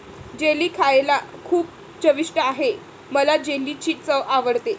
jelly खायला खूप चविष्ट आहे मला जेलीची चव आवडते